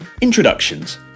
introductions